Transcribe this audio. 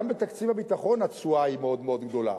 גם בתקציב הביטחון התשואה היא מאוד מאוד גדולה,